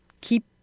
keep